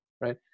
right